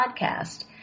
podcast